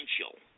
essential